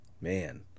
man